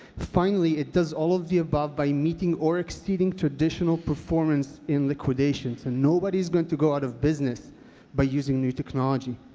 finally, it does all of the above by meeting or exceeding traditional performance in liquidations, and nobody is going to go out of business by using new technology.